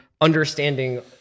understanding